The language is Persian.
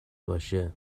باشه